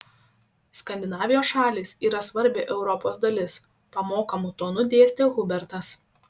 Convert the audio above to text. skandinavijos šalys yra svarbi europos dalis pamokomu tonu dėstė hubertas